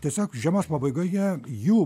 tiesiog žiemos pabaigoje jų